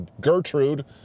Gertrude